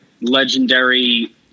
legendary